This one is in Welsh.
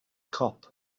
cop